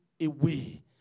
away